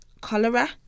cholera